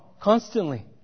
constantly